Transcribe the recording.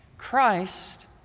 Christ